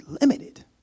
limited